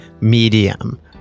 medium